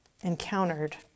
encountered